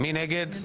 מי נגד?